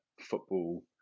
football